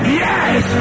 yes